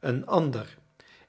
een ander